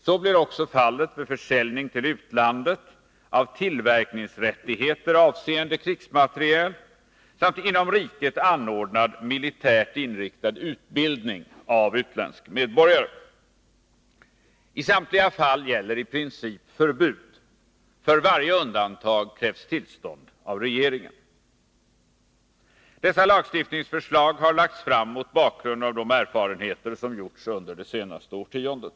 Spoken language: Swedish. Så blir också fallet vid försäljning till utlandet av tillverkningsrättigheter avseende krigsmateriel samt när det gäller inom riket anordnad militärt inriktad utbildning av utländsk medborgare. I samtliga fall gäller i princip förbud. För varje undantag krävs tillstånd av regeringen. Lagstiftningsförslagen har lagts fram mot bakgrund av de erfarenheter som gjorts under det senaste årtiondet.